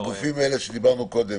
הגופים האלה שדיברנו קודם,